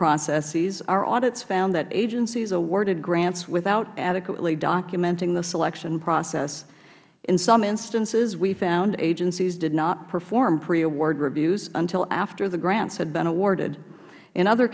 processes our audits found that agencies awarded grants without adequately documenting the selection process in some instances we found agencies did not perform pre award reviews until after the grants had been awarded in other